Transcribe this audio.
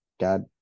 God